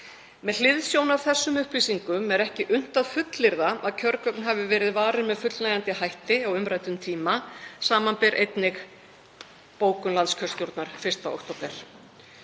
Með hliðsjón af þessum upplýsingum er ekki unnt að fullyrða að kjörgögn hafi verið varin með fullnægjandi hætti á umræddum tíma, samanber einnig bókun landskjörstjórnar 1. október.